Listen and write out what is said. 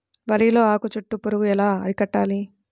వరిలో ఆకు చుట్టూ పురుగు ఎలా అరికట్టాలి?